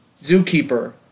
Zookeeper